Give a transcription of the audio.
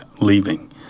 leaving